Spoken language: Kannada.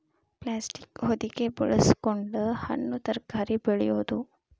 ಪ್ಲಾಸ್ಟೇಕ್ ಹೊದಿಕೆ ಬಳಸಕೊಂಡ ಹಣ್ಣು ತರಕಾರಿ ಬೆಳೆಯುದು